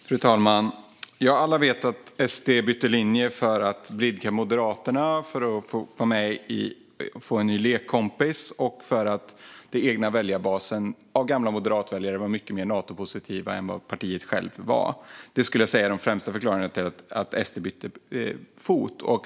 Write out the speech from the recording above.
Fru talman! Alla vet att SD bytte linje för att blidka Moderaterna, för att få en ny lekkompis och för att den egna väljarbasen av gamla moderatväljare var mycket mer Natopositiv än vad partiet var. Det skulle jag säga är de främsta förklaringarna till att SD bytte fot.